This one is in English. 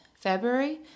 February